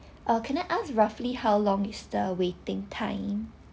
uh can I ask roughly how long is the waiting time